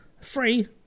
free